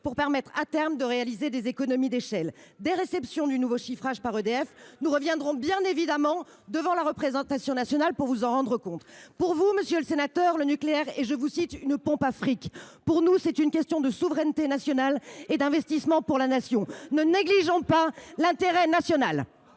pour assurer à terme des économies d’échelle. Dès réception du nouveau chiffrage par EDF, nous reviendrons bien évidemment devant la représentation nationale pour vous en rendre compte. Selon vous, le nucléaire est une « pompe à fric »; pour nous, c’est une question de souveraineté nationale et d’investissement pour la Nation – ne négligeons pas l’intérêt national